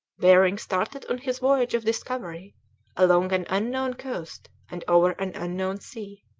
behring started on his voyage of discovery along an unknown coast and over an unknown sea.